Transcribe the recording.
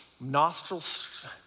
nostrils